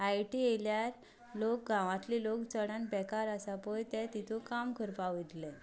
I I T येयल्यार लोक गांवांतलें लोक चडांत बेकार आसा पळय ते तितून काम करपाक वयतलें